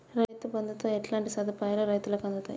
రైతు బంధుతో ఎట్లాంటి సదుపాయాలు రైతులకి అందుతయి?